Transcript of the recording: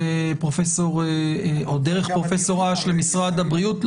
דרך פרופ' אש למשרד הבריאות.